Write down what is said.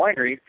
winery